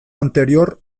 anterior